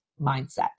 mindset